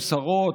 שרות,